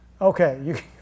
Okay